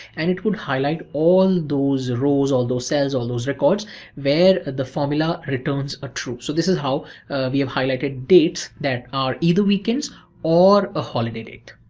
and it would highlight all those rows, all those cells, all those records where the formula returns a true. so this is how we have highlighted dates that are either weekends or a holiday date.